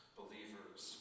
believers